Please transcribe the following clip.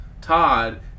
Todd